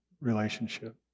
relationship